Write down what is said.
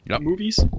movies